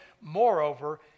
moreover